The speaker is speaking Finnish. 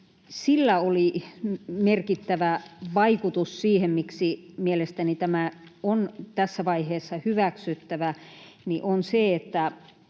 sillä oli merkittävä vaikutus siihen, miksi mielestäni tämä on tässä vaiheessa hyväksyttävä, että